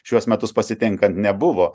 šiuos metus pasitinkant nebuvo